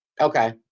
Okay